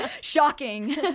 shocking